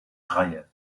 reihe